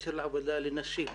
בקשר לעבודה לנשים.